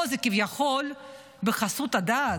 פה זה כביכול בחסות הדת,